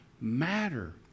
matter